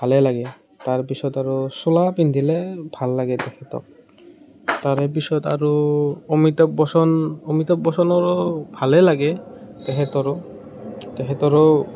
ভালেই লাগে তাৰপিছত আৰু চোলা পিন্ধিলে ভাল লাগে তেখেতক তাৰে পিছত আৰু অমিতাভ বচ্চন অমিতাভ বচ্চনৰো ভালেই লাগে তেখেতৰো তেখেতৰো